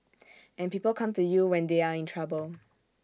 and people come to you when they are in trouble